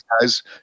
guys